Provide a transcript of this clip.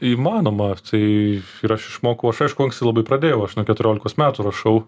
įmanoma tai ir aš išmokau aš aišku anksti labai pradėjau aš nuo keturiolikos metų rašau